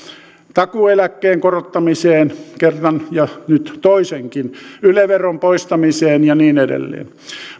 takuueläkkeen korottamiseen kerran ja nyt toisenkin yle veron poistamiseen ja niin edelleen